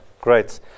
great